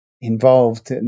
involved